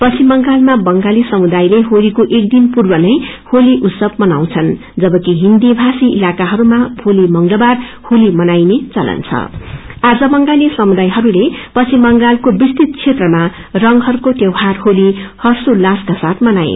पश्चिम बंगालमा बंगाली समुदायले होलीको एकदिन पूर्व नै होली उत्सव मनउँछन् जबकि हिन्दी भाषी इलाकाहरूमा भोलि मंगलवार होली मनाउँछन् आज बंगाली समदाहरूले पश्चिम बंगालको विस्तृत बेत्रमा रेगहरूकोलौहार होली हर्षोल्तासका साथ मनाए